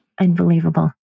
Unbelievable